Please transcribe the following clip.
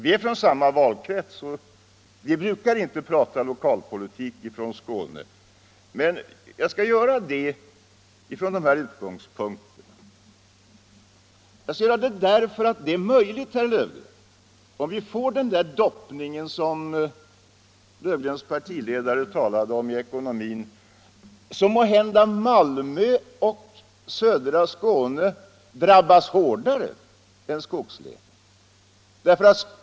Vi är från samma valkrets, och vi brukar inte här prata lokalpolitik från Skåne, men jag skall göra det i det här speciella sammanhanget. Det är möjligt, herr Löfgren, att om vi får den doppning i ekonomin som herr Löfgrens partiledare talade om, så kommer måhända Malmö och södra Skåne att drabbas hårdare än skogslänen.